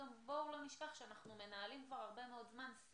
בואו גם לא נשכח שכבר הרבה מאוד זמן אנחנו